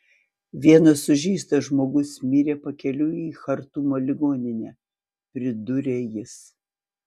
vienas sužeistas žmogus mirė pakeliui į chartumo ligonę pridūrė jis